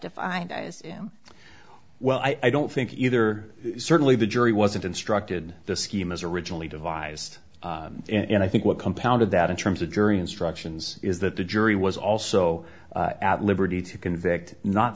to find him well i don't think either certainly the jury wasn't instructed the scheme as originally devised and i think what compounded that in terms of jury instructions is that the jury was also at liberty to convict not